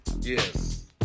Yes